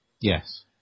Yes